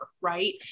right